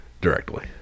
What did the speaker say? directly